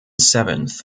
seventh